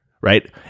right